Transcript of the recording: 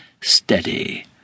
steady